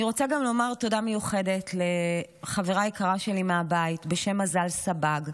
אני רוצה לומר גם תודה מיוחדת לחברה יקרה שלי מהבית בשם מזל סבג,